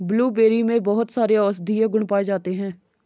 blueberry में बहुत सारे औषधीय गुण पाये जाते हैं